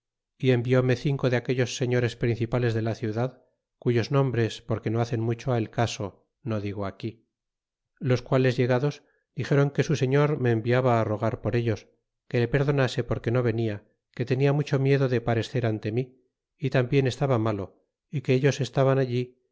y envióme cinco de aqudlos señores principales de la e ciudad cuyos nombres porque no hacen mucho el caso no e digo aquí los quales llegados dixéron que su señor une ene viaba rogar con ellos que le perdonase porque no venia e que tenia mucho miedo de parescer ante mí y tambien estaba e malo y que ellos estaban allí